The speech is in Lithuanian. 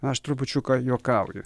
aš trupučiuką juokauju